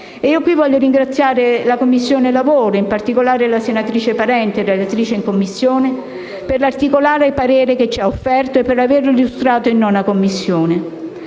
e giustizia e ringrazio la Commissione lavoro, in particolare la senatrice Parente, relatrice in Commissione, per l'articolato parere che ci ha offerto e per averlo illustrato in 9a Commissione.